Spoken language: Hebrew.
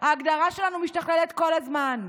ההגדרה שלנו משתכללת כל הזמן,